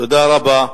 תודה רבה.